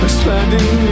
Expanding